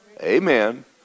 Amen